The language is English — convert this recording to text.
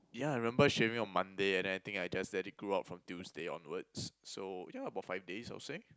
yeah I remember shaving on Monday and then I think I just let it grew out from Tuesday onwards so yeah about five days I would say